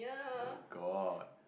oh-god